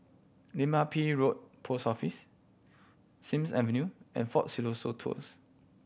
Lim Ah Pin Road Post Office Sims Avenue and Fort Siloso Tours